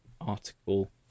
article